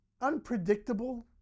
unpredictable